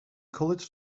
college